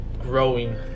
growing